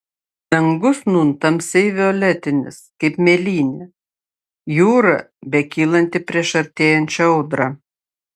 dangus nūn tamsiai violetinis kaip mėlynė jūra bekylanti prieš artėjančią audrą